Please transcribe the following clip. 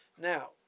Now